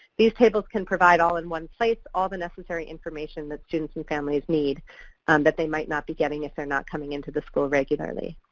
these tables can provide all in one place all the necessary information that students and families need that they might not be getting if they're not coming into the school regularly.